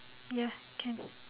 ya can